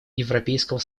европейского